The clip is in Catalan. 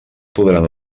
podran